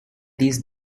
these